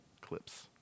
clips